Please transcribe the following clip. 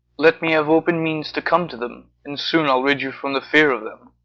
let me have open means to come to them, and soon i'll rid you from the fear of them.